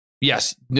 Yes